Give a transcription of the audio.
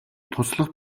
туслах